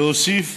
להוסיף